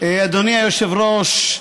אדוני היושב-ראש,